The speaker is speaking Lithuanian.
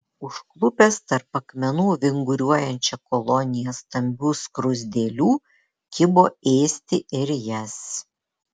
užklupęs tarp akmenų vinguriuojančią koloniją stambių skruzdėlių kibo ėsti ir jas